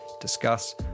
discuss